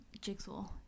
Jigsaw